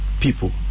people